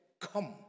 come